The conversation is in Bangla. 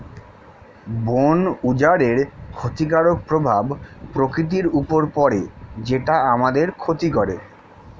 বন উজাড়ের ক্ষতিকারক প্রভাব প্রকৃতির উপর পড়ে যেটা আমাদের ক্ষতি করে